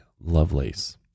Lovelace